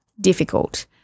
difficult